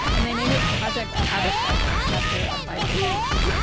and they name it project habakkuk after a bible verse,